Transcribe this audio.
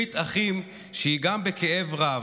ברית אחים שהיא גם, בכאב רב,